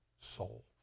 soul